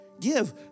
give